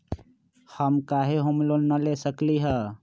हम काहे home loan न ले सकली ह?